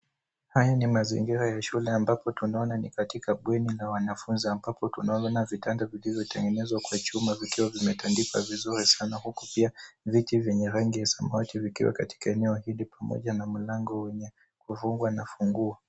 Haya ni mazingira ya shule ambapo tunaona ni katika bweni la wanafunzi ambapo tunaona vitanda vilivyotengenezwa kwa chuma vikiwa vimetandikwa vizuri sana huku pia viti vyenye rangi ya samawati vikiwa katika eneo hili pamoja na mlango wenye umefungwa na funguo.